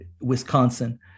Wisconsin